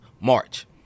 March